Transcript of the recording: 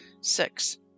Six